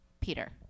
Peter